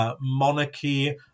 Monarchy